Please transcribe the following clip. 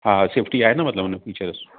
हा सेफ़्टी आहे न फ़ीचर्स